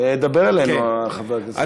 דבר אלינו, חבר הכנסת, כן.